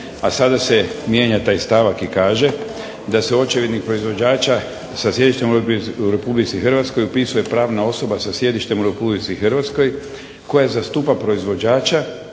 a sada se mijenja taj stavak i kaže da se očevidnik proizvođača sa …/Govornik se ne razumije./… u Republici Hrvatskoj upisuje pravna osoba sa sjedištem u Republici Hrvatskoj koja zastupa proizvođača